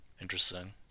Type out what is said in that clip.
Interesting